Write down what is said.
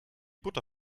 butter